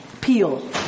peel